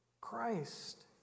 Christ